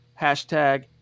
Hashtag